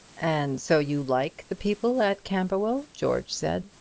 and so you like the people at camberwell? george said.